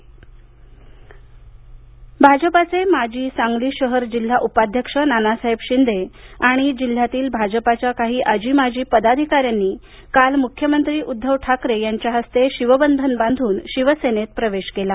पक्षांतर भाजपाचे माजी सांगली शहर जिल्हा उपाध्यक्ष नानासाहेब शिंदे आणि जिल्ह्यातील भाजपाच्या काही आजी माजी पदाधिकार्यानी काल मुख्यमंत्री उद्धव ठाकरे यांचे हस्ते शिवबंधन बांधून शिवसेनेत प्रवेश केला